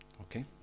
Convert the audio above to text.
okay